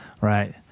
Right